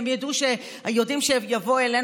הם יודעים שיבואו אלינו,